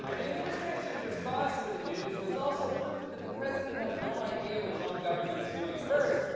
and the administration's response to the news was also proof that the president has no idea what his own government is doing. first,